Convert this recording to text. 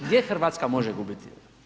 Gdje Hrvatska može gubiti?